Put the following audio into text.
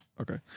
Okay